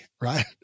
right